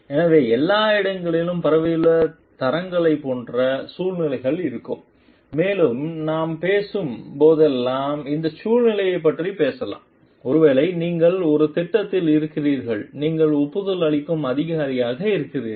எனவே எல்லா இடங்களிலும் பரவியுள்ள தரங்களைப் போன்ற சூழ்நிலைகள் இருக்கும் மேலும் நாம் பேசும் போதெல்லாம் இந்த சூழ்நிலைகளைப் பற்றி பேசலாம் ஒருவேளை நீங்கள் ஒரு திட்டத்தில் இருக்கிறீர்கள் நீங்கள் ஒப்புதல் அளிக்கும் அதிகாரியாக இருக்கிறீர்கள்